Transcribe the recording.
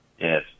Yes